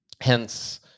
hence